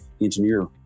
engineer